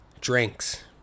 drinks